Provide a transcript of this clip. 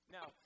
Now